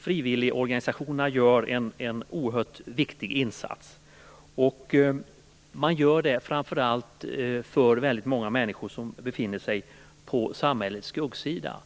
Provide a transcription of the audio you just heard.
Frivilligorganisationerna gör en oerhört viktig insats, framför allt för väldigt många människor som befinner sig på samhällets skuggsida.